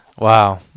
Wow